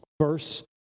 verse